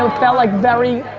um felt like very,